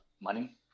money